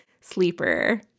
sleeper